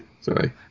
Sorry